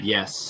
Yes